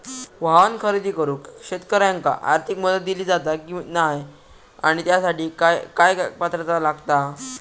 वाहन खरेदी करूक शेतकऱ्यांका आर्थिक मदत दिली जाता की नाय आणि त्यासाठी काय पात्रता लागता?